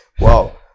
Wow